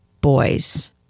boys